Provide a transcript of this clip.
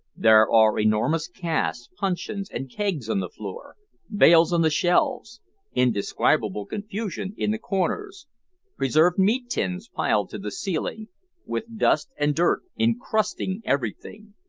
there are enormous casks, puncheons, and kegs on the floor bales on the shelves indescribable confusion in the corners preserved meat tins piled to the ceiling with dust and dirt encrusting everything.